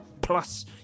Plus